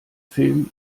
film